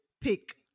pick